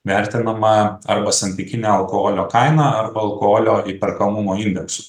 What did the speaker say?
vertinama arba santykine alkoholio kaina arba alkoholio įperkamumo indeksu